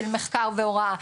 של מחקר והוראה.